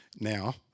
now